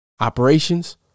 Operations